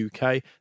UK